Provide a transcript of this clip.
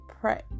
pray